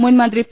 മുൻ മന്ത്രി പി